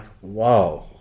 whoa